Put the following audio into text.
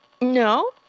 No